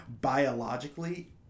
biologically